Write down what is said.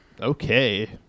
okay